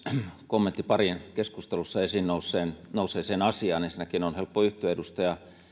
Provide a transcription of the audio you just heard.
kommentti pariin keskustelussa esiin nousseeseen nousseeseen asiaan ensinnäkin on helppo yhtyä edustaja